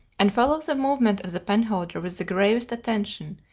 and follow the movement of the penholder with the gravest attention,